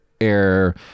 air